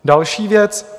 Další věc.